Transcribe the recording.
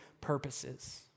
purposes